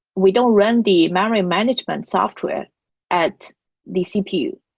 we don't run the memory management software at the cpu.